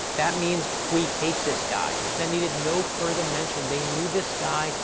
that means, we hate this guy. that needed no further mention. they knew this guy,